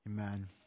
Amen